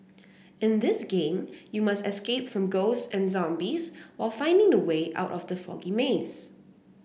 in this game you must escape from ghosts and zombies while finding the way out of the foggy maze